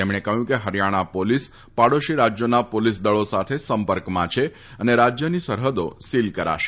તેમણે કહ્યું કે ફરિથાણા પોલીસ પાડોશી રાજ્યોના પોલીસ દળો સાથે સંપર્કમાં છે અને રાજ્યની સરફદો સીલ કરાશે